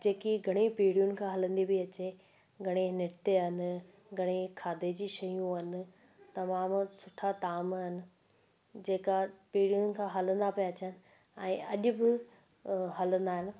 जेकी घणेई पीढ़ियुनि खां हलंदी पई अचे घणेई नृत्य आहिनि घणेई खाधे जी शयूं आहिनि तमामु सुठा ताम आहिनि जेका पीढ़ियुनि खां हलंदा पिया अचनि ऐं अॼ बि हलंदा आहिनि